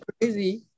crazy